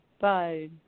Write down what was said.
Bye